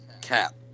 Cap